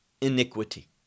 iniquity